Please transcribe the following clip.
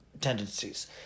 tendencies